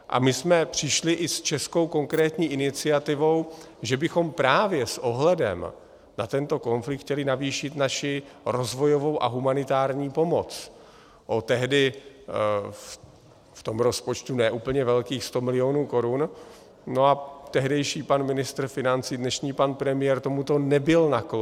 A my jsme přišli i s českou konkrétní iniciativou, že bychom právě s ohledem na tento konflikt chtěli navýšit naši rozvojovou a humanitární pomoc, tehdy v tom rozpočtu ne úplně velkých sto milionů korun, a tehdejší pan ministr financí, dnešní pan premiér, tomuto nebyl nakloněn.